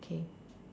okay